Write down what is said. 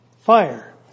fire